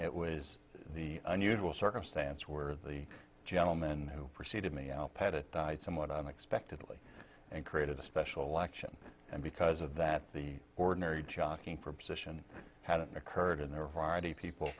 it was the unusual circumstance where the gentleman who preceded me out pettitte died somewhat unexpectedly and created a special election and because of that the ordinary jockeying for position hadn't